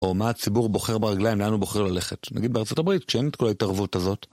או מה הציבור בוחר ברגליים, לאן הוא בוחר ללכת? נגיד בארה״ב, שאין את כל ההתערבות הזאת.